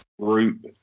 group